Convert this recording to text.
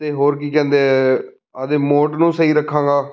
ਅਤੇ ਹੋਰ ਕੀ ਕਹਿੰਦੇ ਹੈ ਆਪਦੇ ਮੋਡ ਨੂੰ ਸਹੀ ਰੱਖਾਂਗਾ